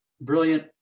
brilliant